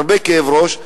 הרבה כאב ראש,